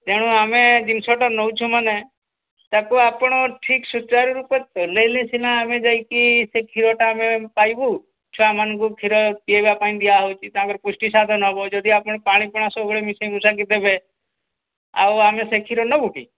ତେଣୁ ଆମେ ଜିନଷଟା ନେଉଛୁ ମାନେ ତାକୁ ଆପଣ ଠିକ୍ ସୂଚାରୁ ରୂପେ ତୁଲେଇଲେ ସିନା ଆମେ ଯାଇକି ସେ କ୍ଷୀରଟା ଆମେ ପାଇବୁ ଛୁଆମାନଙ୍କୁ କ୍ଷୀର ପିଏଇବା ପାଇଁ ଦିଆ ହେଉଛି ତାଙ୍କ ପୁଷ୍ଟିସାର ନେବ ଯଦି ଆପଣ ପାଣି ପୁଣା ସବୁବେଳେ ମିଶେଇ ମୁଶାକି ଦେବେ ଆଉ ଆମେ ସେ କ୍ଷୀର ନେବୁ କି